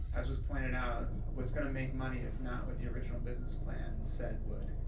as was pointed out, what's gonna make money is not what the original business plan said would.